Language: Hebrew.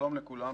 שלום לכולם.